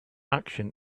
action